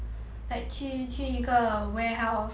like 去去一个 warehouse